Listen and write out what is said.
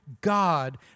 God